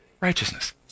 righteousness